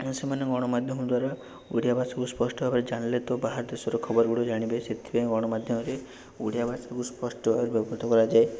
ସେମାନେ ଗଣମାଧ୍ୟମ ଦ୍ୱାରା ଓଡ଼ିଆ ଭାଷାକୁ ସ୍ପଷ୍ଟ ଭାବରେ ଜାଣିଲେ ତ ବାହାରଦେଶର ଖବରଗୁଡ଼ିକୁ ଜାଣିବେ ସେଥିପାଇଁ ଗଣମାଧ୍ୟମରେ ଓଡ଼ିଆ ଭାଷାକୁ ସ୍ପଷ୍ଟ ଭାବରେ ପାଠ କରାଯାଏ